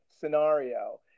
scenario